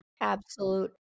absolute